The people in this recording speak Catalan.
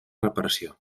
reparació